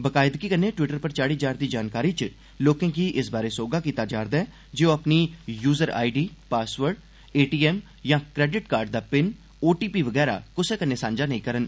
बकायदगी कन्नै ट्वीटर पर चाढ़ी जा'रदी जानकारी च लोकें गी इस बारै सोहगा कीता जा'रदा ऐ जे ओह् अपनी user I D password ATM या क्रेडिट कार्ड दा पिन ओटीपी बगैरा कुसै कन्ने सांझे नेई करन